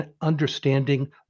understanding